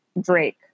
Drake